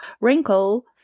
Wrinkle